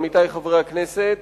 עמיתי חברי הכנסת,